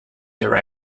their